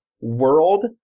world